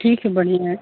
ठीक है बढ़िया है